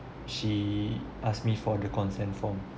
she ask me for the consent form